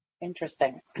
Interesting